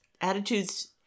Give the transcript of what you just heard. attitudes